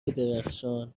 درخشان